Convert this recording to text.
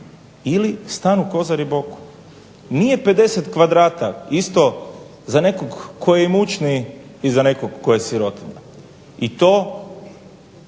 ili stan u Kozari boku. Nije 50 kvadrata isto za nekog tko je imućniji i za nekog tko je sirotinja i to